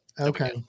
Okay